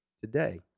today